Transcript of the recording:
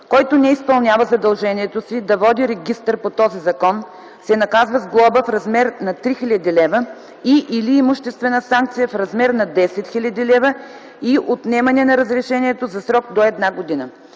Който не изпълнява задължението си да води регистър по този закон се наказва с глоба в размер на 3000 лв. и/или имуществена санкция в размер на 10 000 лв. и отнемане на разрешението за срок до една година.